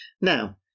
Now